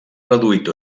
reduït